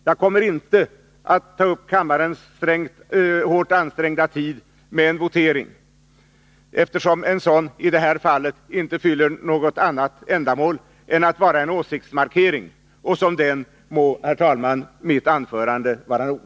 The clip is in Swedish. Jag kommer inte att ta upp kammarens hårt ansträngda tid med att begära votering, eftersom en sådan i det här fallet inte fyller något annat ändamål än att vara en åsiktsmarkering, och som sådan må, herr talman, mitt anförande vara nog.